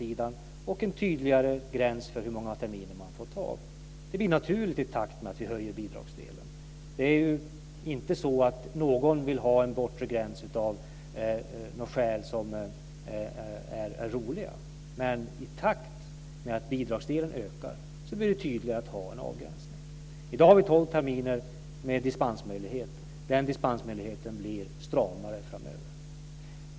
Det blir också en tydligare gräns för hur många terminer man får studiemedel. Det blir naturligt i takt med att vi höjer bidragsdelen. Det är ju inte så att någon vill ha en bortre gräns av några skäl som är roliga. Men i takt med att bidragsdelen ökar, så blir det tydligare att ha en avgränsning. I dag har vi tolv terminer med dispensmöjlighet. Den dispensmöjligheten blir stramare framöver.